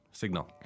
signal